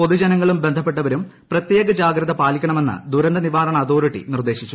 പൊതുജനങ്ങളും ്യൂബിഡപ്പെട്ടവരും പ്രത്യേക ജാഗ്രത പാലിക്കണമെന്ന് ദുരന്ത് നിവാരണ അതോറിറ്റി നിർദേശിക്കുന്നു